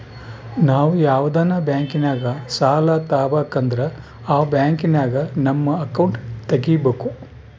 ನಾವು ಯಾವ್ದನ ಬ್ಯಾಂಕಿನಾಗ ಸಾಲ ತಾಬಕಂದ್ರ ಆ ಬ್ಯಾಂಕಿನಾಗ ನಮ್ ಅಕೌಂಟ್ ತಗಿಬಕು